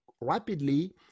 rapidly